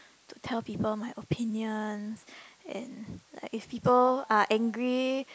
to tell people my opinions and like if people are angry